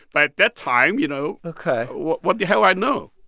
but at that time, you know. ok. what what the hell i know?